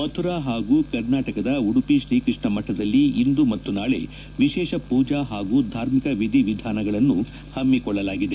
ಮಥುರಾ ಹಾಗೂ ಕರ್ನಾಟಕದ ಉಡುಪಿ ಶ್ರೀಕೃಷ್ಣ ಮಠದಲ್ಲಿ ಇಂದು ಮತ್ತು ನಾಳೆ ವಿಶೇಷ ಪೂಜಾ ಹಾಗೂ ಧಾರ್ಮಿಕ ವಿಧಿವಿಧಾನಗಳನ್ನು ಹಮ್ಮಿಕೊಳ್ಳಲಾಗಿದೆ